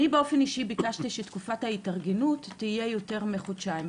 אני באופן אישי ביקשתי שתקופת ההתארגנות תהיה יותר מחודשיים.